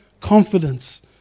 confidence